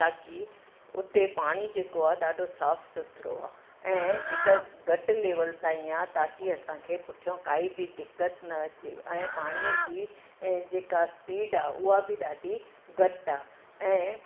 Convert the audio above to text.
ताकी उते पाणी जेको आहे ॾाढो साफ़ु सुथिरो आहे ऐं हिकु घटि लेवल ताईं आहे ताकी असांखे पुठियों काई बि दिक़त न अचे ऐं पाणीअ जी जेका स्पीड आहे उहा बि ॾाढी घटि आहे ऐं